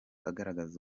agaragaza